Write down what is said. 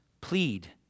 plead